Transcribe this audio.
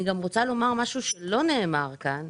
אני גם רוצה לומר משהו שלא נאמר כאן,